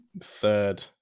third